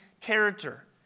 character